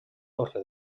torre